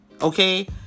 okay